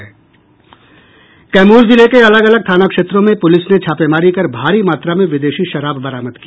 कैमूर जिले के अलग अलग थाना क्षेत्रों में पुलिस ने छापेमारी कर भारी मात्रा विदेशी शराब बरामद की